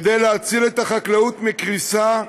כדי להציל את החקלאות מקריסה,